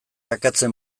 akabatzen